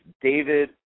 David